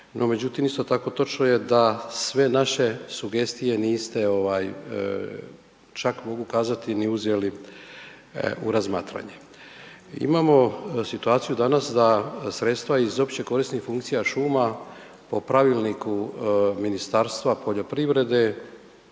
međutim, isto tako, točno je da sve naše sugestije niste, čak mogu kazati, ni uzeli u razmatranje. Imamo situaciju danas da sredstva iz općekorisnih funkcija šuma po pravilniku Ministarstva poljoprivrede